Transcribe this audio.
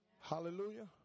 hallelujah